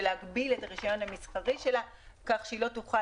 של להגביל את הרישיון המסחרי שלה כך שלא תוכל